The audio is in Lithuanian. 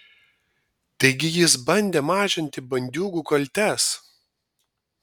taigi jis bandė mažinti bandiūgų kaltes